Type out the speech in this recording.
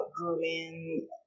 grooming